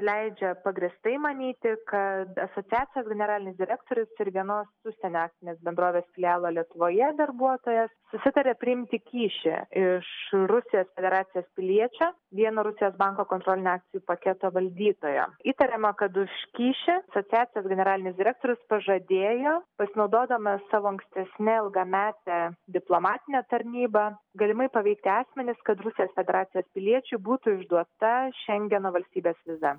leidžia pagrįstai manyti kad asociacijos generalinis direktorius ir vienos užsienio akcinės bendrovės filialo lietuvoje darbuotojas susitarė priimti kyšį iš rusijos federacijos piliečio vieno rusijos banko kontrolinio akcijų paketo valdytojo įtariama kad už kyšį sociacijos generalinis direktorius pažadėjo pasinaudodamas savo ankstesne ilgamete diplomatine tarnyba galimai paveikti asmenis kad rusijos federacijos piliečiui būtų išduota šengeno valstybės viza